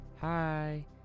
Hi